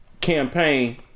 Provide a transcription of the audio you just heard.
campaign